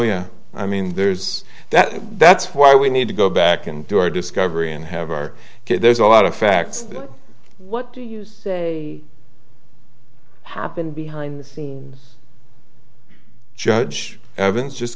i mean there's that that's why we need to go back and do our discovery and have our kid there's a lot of facts what do you say happened behind the scene judge evans just